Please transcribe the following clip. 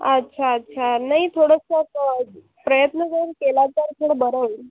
अच्छा अच्छा नाही थोडसं प प्रयत्न जरी केला तर थोडं बरं होईल